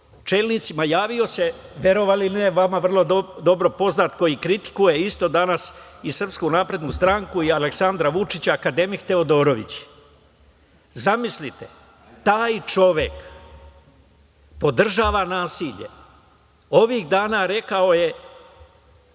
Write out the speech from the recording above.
čelnicima. Javio se, verovali ili ne, vama vrlo dobro poznat, koji kritikuje isto danas i SNS i Aleksandra Vučića, akademik Teodorović. Zamislite, taj čovek podržava nasilje. Ovih dana rekao je